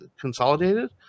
consolidated